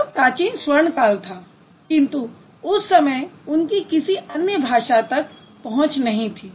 वह प्राचीन स्वर्ण काल था किंतु उस समय उनकी किसी अन्य भाषा तक पहुँच नहीं थी